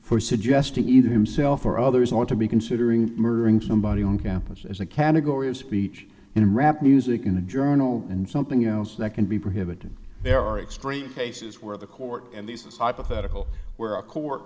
for suggesting either himself or others want to be considering murdering somebody on campus as a category of speech in rap music in a journal and something else that can be prohibited there are extreme cases where the court and this is hypothetical where a court